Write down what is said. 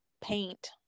paint